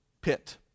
pit